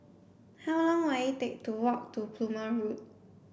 how long will it take to walk to Plumer Road